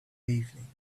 evening